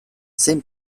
zein